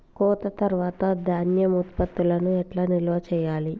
కోత తర్వాత ధాన్యం ఉత్పత్తులను ఎట్లా నిల్వ చేయాలి?